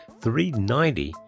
390